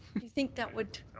you think that would.